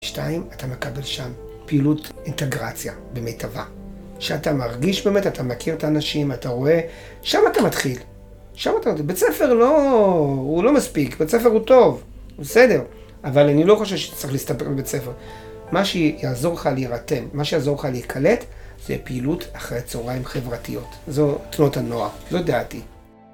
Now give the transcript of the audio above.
שתיים, אתה מקבל שם פעילות אינטגרציה, במיטבה שאתה מרגיש באמת, אתה מכיר את האנשים, אתה רואה שם אתה מתחיל, שם אתה מתחיל בית ספר הוא לא מספיק, בית ספר הוא טוב, הוא בסדר אבל אני לא חושב שצריך להסתפק בבית ספר מה שיעזור לך להירתם, מה שיעזור לך להיקלט זה פעילות אחרי צהריים חברתיות זו תנועת הנוער, זו דעתי